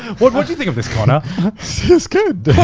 what what'd you think of this connor? it's good.